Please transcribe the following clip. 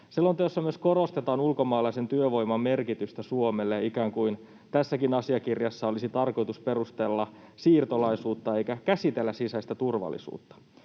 Selonteossa myös korostetaan ulkomaalaisen työvoiman merkitystä Suomelle, ikään kuin tässäkin asiakirjassa olisi tarkoitus perustella siirtolaisuutta eikä käsitellä sisäistä turvallisuutta.